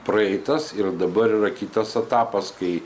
praeitas ir dabar yra kitas etapas kai